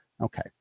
Okay